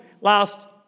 last